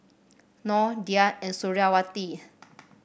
Noh Dhia and Suriawati